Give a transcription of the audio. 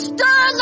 Stir